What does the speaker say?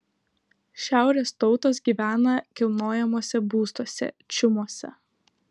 šiaurės tautos gyvena kilnojamuose būstuose čiumuose